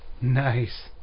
Nice